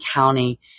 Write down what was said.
County